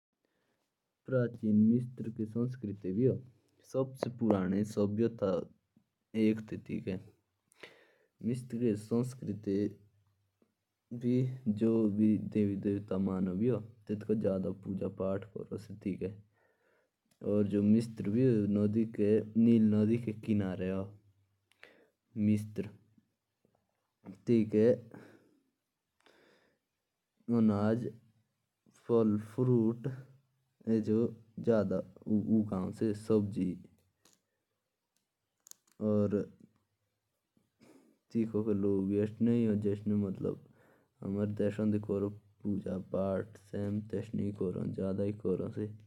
मिस्त्री की सभ्यता ह हजारो साल तक थी और भगवान की पूजा भी जड़ा के जाती ह। और वहाँ अन्न भी जड़ा उगाया जाता ह।